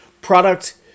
Product